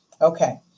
Okay